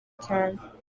cyane